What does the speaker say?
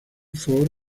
ford